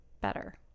better